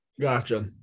Gotcha